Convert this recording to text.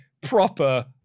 proper